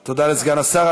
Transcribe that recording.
תודה, תודה לסגן השר.